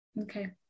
Okay